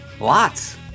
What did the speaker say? Lots